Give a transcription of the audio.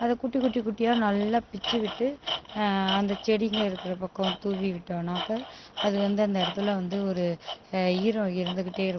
அதை குட்டி குட்டி குட்டியாக நல்லா பிச்சுவிட்டு அந்த செடிங்க இருக்கிற பக்கம் தூவி விட்டோம்னாக்கா அது வந்து அந்த இடத்துல வந்து ஒரு ஈரம் இருந்துகிட்டே இருக்கும்